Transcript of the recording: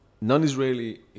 non-Israeli